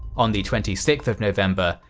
on the twenty sixth of november,